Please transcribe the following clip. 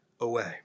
away